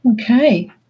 okay